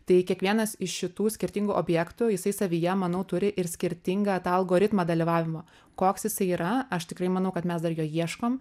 tai kiekvienas iš šitų skirtingų objektų jisai savyje manau turi ir skirtingą tą algoritmą dalyvavimo koks jisai yra aš tikrai manau kad mes dar jo ieškom